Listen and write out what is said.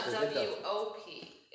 W-O-P